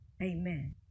Amen